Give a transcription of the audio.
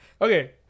Okay